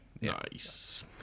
nice